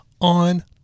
on